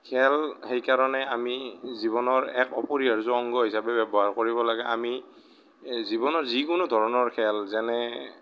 খেল সেইকাৰণে আমি জীৱনৰ এক অপৰিহাৰ্য অংগ হিচাপে ব্যৱহাৰ কৰিব লাগে আমি জীৱনৰ যিকোনো ধৰণৰ খেল যেনে